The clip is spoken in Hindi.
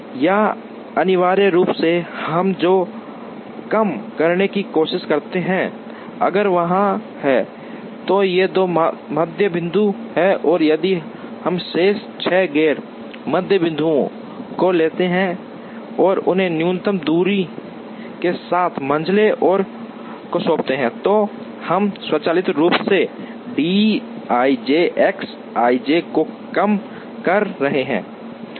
या अनिवार्य रूप से हम जो कम करने की कोशिश करते हैं अगर वहाँ हैं तो ये दो मध्य बिंदु हैं और यदि हम शेष 6 गैर मध्य बिंदुओं को लेते हैं और उन्हें न्यूनतम दूरी के साथ मंझले को सौंपते हैं तो हम स्वचालित रूप से dij x i j को कम कर रहे हैं